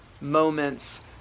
moments